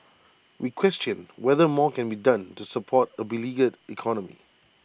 we question whether more can be done to support A beleaguered economy